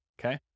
okay